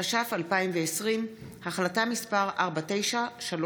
התש"ף 2020, החלטה מס' 4936,